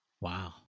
Wow